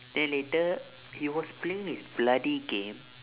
then later he was playing his bloody game